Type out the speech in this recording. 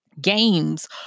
games